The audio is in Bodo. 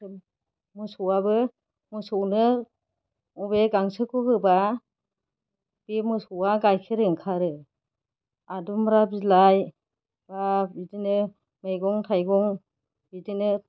मोसौआबो मोसौनो बबे गांसोखौ होबा बे मोसौआ गाइखेर ओंखारो आदुम्ब्रा बिलाइ बा बिदिनो मैगं थाइगं बिदिनो